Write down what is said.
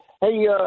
Hey